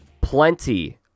plenty